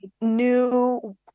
new